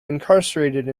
incarcerated